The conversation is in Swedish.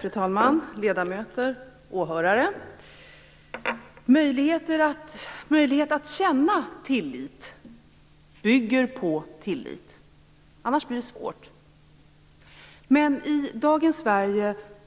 Fru talman! Ledamöter! Åhörare! Möjlighet att känna tillit bygger på tillit - annars blir det svårt. Men